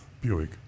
Buick